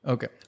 Okay